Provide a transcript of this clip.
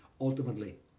Ultimately